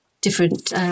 different